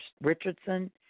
Richardson